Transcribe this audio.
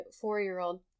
four-year-old